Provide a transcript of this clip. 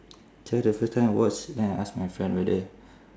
try the first time I watch then I ask my friend whether